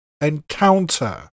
Encounter